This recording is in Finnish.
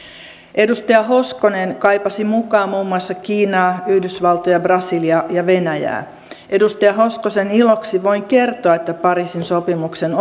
edustaja hoskonen kaipasi mukaan muun muassa kiinaa yhdysvaltoja brasiliaa ja venäjää edustaja hoskosen iloksi voin kertoa että pariisin sopimuksen